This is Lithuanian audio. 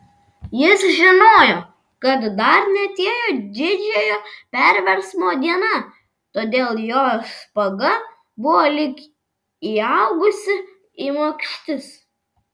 jis žinojo kad dar neatėjo didžiojo perversmo diena todėl jo špaga buvo lyg įaugusi į makštis